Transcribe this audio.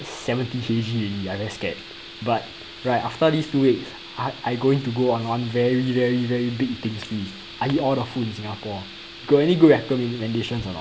seventy K_G already I very scared but right after this two weeks I going to go on one very very very big eating spree I eat all the food in singapore got any good recommendations or not